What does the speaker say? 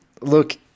look